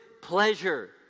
pleasure